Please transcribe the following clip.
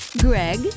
Greg